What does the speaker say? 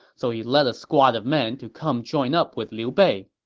so he led a squad of men to come join up with liu bei.